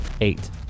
Eight